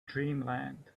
dreamland